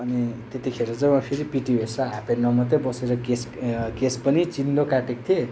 अनि त्यतिखेर चाहिँ म फेरि पिटी भेस र हाफप्यान्टमा मात्रै बसेर केस केस पनि चिन्डो काटेको थिएँ